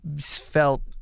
felt